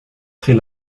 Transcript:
très